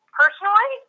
personally